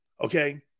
Okay